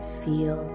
feel